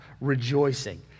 rejoicing